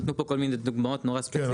נתנו פה כל מיני דוגמאות נורא ספציפיות -- כן,